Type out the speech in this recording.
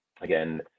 again